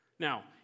Now